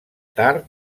tard